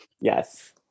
Yes